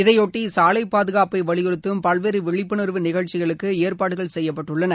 இதையொட்டி சாலைப் பாதுகாப்பை வலியுறுத்தும் பல்வேறு விழிப்புணர்வு நிகழ்ச்சிகளுக்கு ஏற்பாடுகள் செய்யப்பட்டுள்ளன